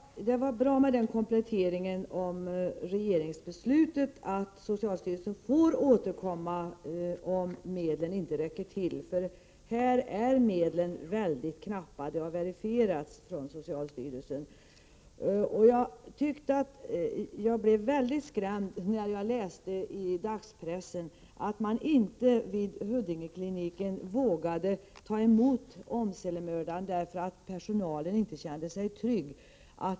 Prot. 1988/89:18 Herr talman! Det var bra med en komplettering av regeringsbeslutet att 7 november 1988 socialstyrelsen får återkomma om medlen inte räcker till. Medlen är mycket. ZQj äss re knappa. Det har verifierats från socialstyrelsen. Jag blev skrämd när jag läste i dagspressen att man vid Huddingekliniken inte vågade ta emot Åmselemördaren, därför att personalen inte kände sig trygg.